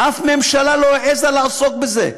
אף ממשלה לא העזה לעסוק בזה,